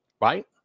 right